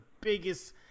biggest